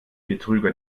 betrüger